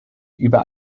über